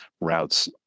routes